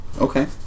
Okay